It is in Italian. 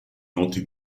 noti